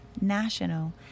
national